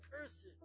curses